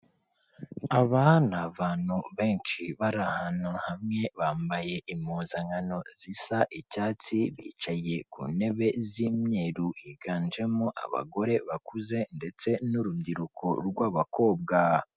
Aba ni abantu benshi bari ahantu hamwe, bambaye impuzankano zisa icyatsi, bicaye ku ntebe z'imyeru, higanjemo abagore bakuze, ndetse n'urubyiruko rw'abakobwa.